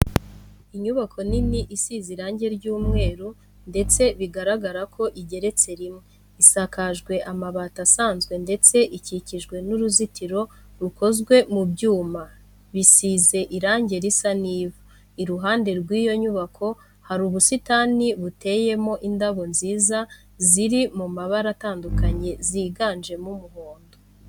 Inyubako nini isize irange ry'umweru ndetse bigaragara ko igeretse rimwe, isakajwe amabati asanzwe ndetse ikikijwe n'uruzitiro rukozwe mu byuma bisize irange risa n'ivu. Iruhande rw'iyo nyubako hari ubusitani buteyemo indabo nziza xiri mu mabara atandukanye yiganjemo umuhondo.